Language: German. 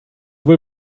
wohl